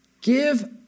Give